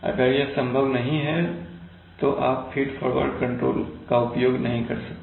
और अगर यह संभव नहीं है तो आप फीड फॉरवर्ड कंट्रोल का उपयोग नहीं कर सकते